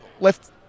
left